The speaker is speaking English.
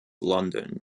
london